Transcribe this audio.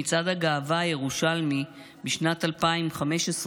במצעד הגאווה הירושלמי בשנת 2015,